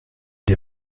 des